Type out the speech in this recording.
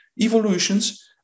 Evolutions